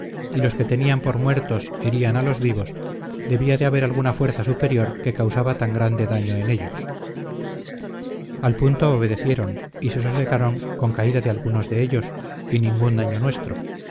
y los que tenían por muertos herían a los vivos debía de haber alguna fuerza superior que causaba tan grande daño en ellos al punto obedecieron y se sosegaron con caída de algunos de ellos y ningun daño nuestro